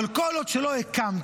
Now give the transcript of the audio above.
אבל כל עוד שלא הקמתם,